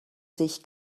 sich